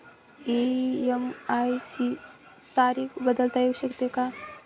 EMI ची तारीख बदलता येऊ शकते का?